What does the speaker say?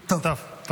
טוב, בבקשה.